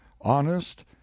honest